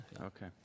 okay